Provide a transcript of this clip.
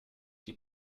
die